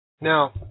now